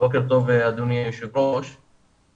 בוקר טוב אדוני היושב-ראש,